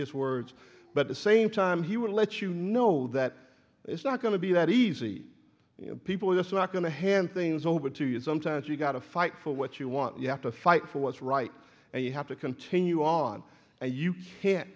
his words but the same time he would let you know that it's not going to be that easy you know people are so not going to hand things over to you sometimes you've got to fight for what you want you have to fight for what's right and you have to continue on and you can